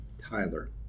Tyler